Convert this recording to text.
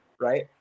right